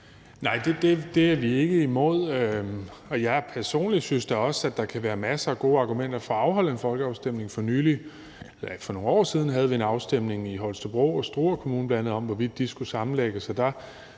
Nej, det er vi ikke imod, og jeg personligt synes da også, at der kan være masser af gode argumenter for at afholde en folkeafstemning. For nogle år siden havde vi en afstemning i kommunerne Holstebro og Struer, og den handlede om, hvorvidt de skulle sammenlægges – og der